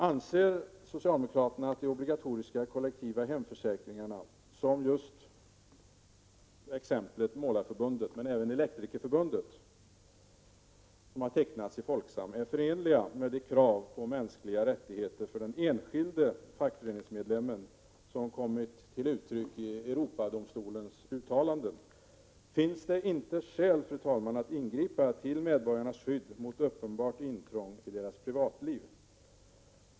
Anser socialdemokraterna att de obligatoriska, kollektiva hemförsäkringarna, som just Målareförbundet och Elektrikerförbundet har tecknat i Folksam, är förenliga med de krav på mänskliga rättigheter för den enskilde fackföreningsmedlemmen så som de kommit till uttryck i Europadomstolens uttalanden? Finns det inte skäl, fru talman, att ingripa till medborgarnas skydd mot uppenbart intrång i deras privatliv?